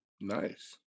Nice